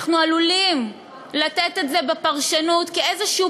אנחנו עלולים לתת את זה בפרשנות כאיזשהו